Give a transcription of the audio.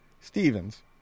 Stevens